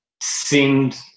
seemed